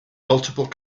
multiple